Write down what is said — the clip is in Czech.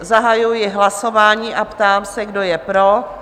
Zahajuji hlasování a ptám se, kdo je pro?